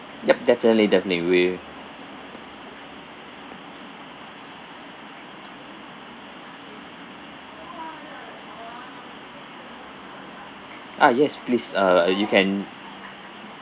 yup definitely definitely we'll ah yes please uh you can